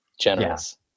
generous